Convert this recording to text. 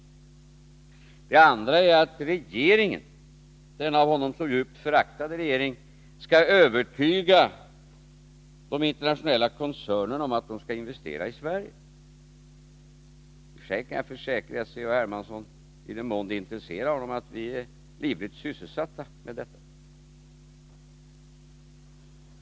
Det andra är att regeringen — den av honom så djupt föraktade regeringen — skall övertyga de internationella koncernerna om att de skall investera i Sverige. I och för sig kan jag försäkra C.-H. Hermansson, i den mån det intresserar honom, att vi är livligt sysselsatta med detta.